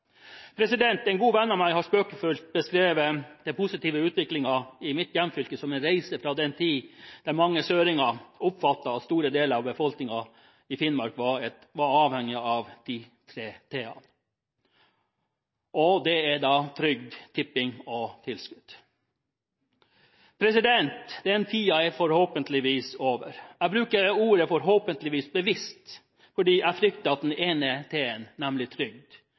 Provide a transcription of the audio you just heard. En god venn av meg har spøkefullt beskrevet den positive utviklingen i mitt hjemfylke som en reise fra den tiden der mange «søringer» oppfattet at store deler av befolkningen i Finnmark var avhengig av de tre T-ene: Trygd, Tipping og Tilskudd. Den tiden er forhåpentligvis over! Jeg bruker bevisst ordet «forhåpentligvis», for jeg frykter at den ene T-en, nemlig trygd, igjen kan bli en